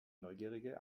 neugierige